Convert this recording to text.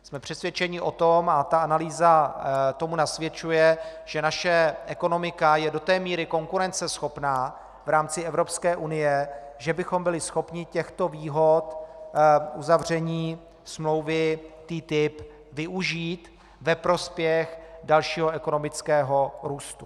Jsme přesvědčeni o tom, a ta analýza tomu nasvědčuje, že naše ekonomika je do té míry konkurenceschopná v rámci Evropské unie, že bychom byli schopni těchto výhod uzavření smlouvy TTIP využít ve prospěch dalšího ekonomického růstu.